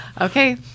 Okay